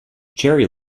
cherry